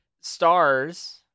Stars